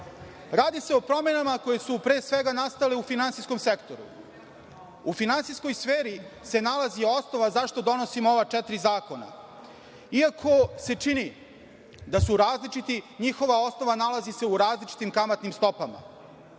Radi se o promenama koje su, pre svega, nastale u finansijskom sektoru. U finansijskoj sferi se nalazi osnova zašto donosimo ova četiri zakona. Iako se čini da su različiti, njihova osnova nalazi se u različitim kamatnim stopama. Agencija